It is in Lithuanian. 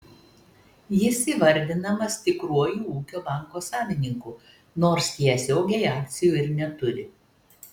jis įvardinamas tikruoju ūkio banko savininku nors tiesiogiai akcijų ir neturi